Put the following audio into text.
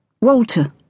Walter